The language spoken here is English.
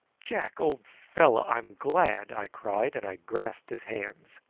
jack, old fellow, i'm glad! i cried, and i grasped his hands.